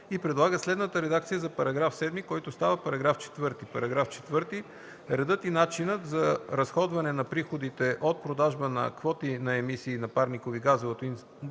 и предлага следната редакция за § 7, който става § 4: „§ 4. Редът и начинът за разходване на приходите от продажба на квоти на емисии на парникови газове от инсталации